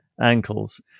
ankles